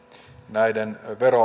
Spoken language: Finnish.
näiden